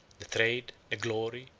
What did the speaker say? the trade, the glory,